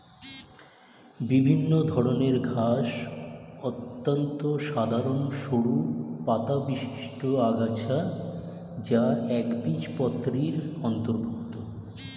বিভিন্ন ধরনের ঘাস অত্যন্ত সাধারণ সরু পাতাবিশিষ্ট আগাছা যা একবীজপত্রীর অন্তর্ভুক্ত